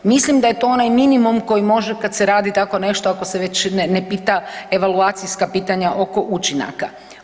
Mislim da je to onaj minimum koji može kad se radi tako nešto ako se već ne pita evaluacijska pitanja oko učinaka.